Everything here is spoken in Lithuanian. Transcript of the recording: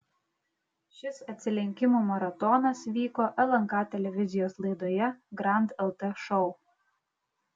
šis atsilenkimų maratonas vyko lnk televizijos laidoje grand lt šou